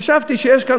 חשבתי שיש כאן,